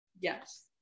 yes